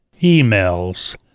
emails